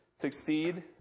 succeed